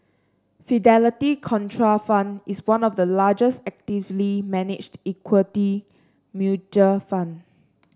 Fidelity Contrafund is one of the largest actively managed equity mutual fund